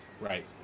Right